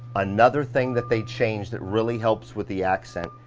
another thing that they changed, that really helps with the accent,